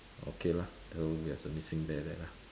okay lah though we has a missing bear there lah